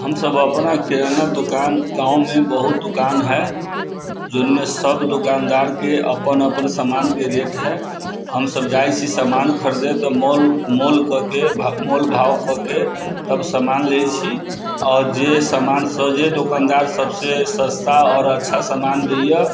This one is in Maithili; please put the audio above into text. हमसब अपना किराना दोकान गाँवमे बहुत दोकान है जोनमे सब दूकानदारके अपन अपन समानके रेट है हमसब जाइ छी सामान खरीदे तऽ मोल कऽ के मोल भाव कऽके तब समान लै छी आओर जे समान सब जे दोकानदार सबसँ सस्ता आओर अच्छा सामान दैइए